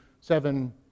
seven